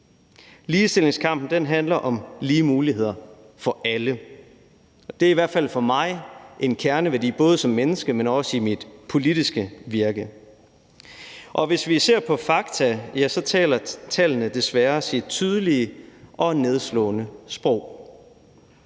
Ligestillingskampen handler om lige muligheder for alle, og det er i hvert fald for mig en kerneværdi, både som menneske, men også i mit politiske virke. Hvis vi ser på fakta, taler tallene desværre deres tydelige og nedslående sprog.